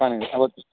ஆ okay